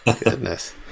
Goodness